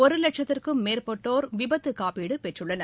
ஒரு லட்சத்திற்கும் மேற்பட்டோர் விபத்துக் காப்பீடு பெற்றுள்ளனர்